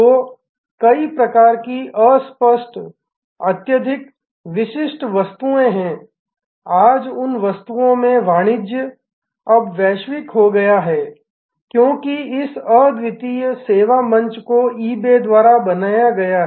तो कई प्रकार की अस्पष्ट अत्यधिक विशिष्ट वस्तुये हैं आज उन वस्तुओं में वाणिज्य अब वैश्विक हो गया है क्योंकि इस अद्वितीय सेवा मंच को ईबे द्वारा बनाया गया है